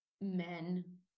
men